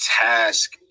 task